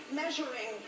measuring